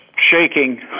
shaking